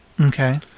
Okay